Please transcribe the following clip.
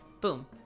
Boom